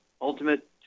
ultimate